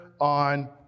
on